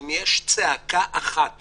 אם יש צעקה אחת